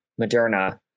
Moderna